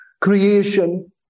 creation